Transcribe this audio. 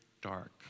dark